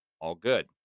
all-good